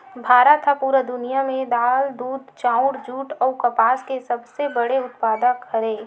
भारत हा पूरा दुनिया में दाल, दूध, चाउर, जुट अउ कपास के सबसे बड़े उत्पादक हरे